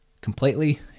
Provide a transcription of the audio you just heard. completely